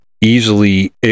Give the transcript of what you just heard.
easily